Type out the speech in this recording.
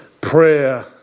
Prayer